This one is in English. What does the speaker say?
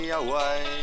away